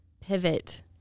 pivot